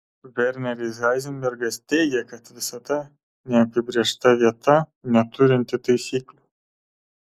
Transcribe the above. verneris heizenbergas teigė kad visata neapibrėžta vieta neturinti taisyklių